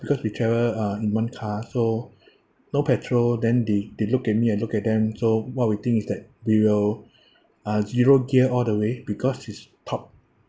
because we travel uh in one car so no petrol then they they look at me I look at them so what we think is that we will uh zero gear all the way because it's top